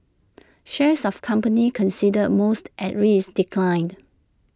shares of companies considered most at risk declined